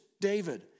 David